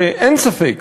אין ספק